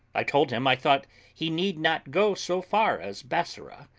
i told him i thought he need not go so far as bassorah,